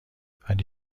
ولی